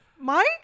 Mike